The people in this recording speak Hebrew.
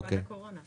בתקופת הקורונה.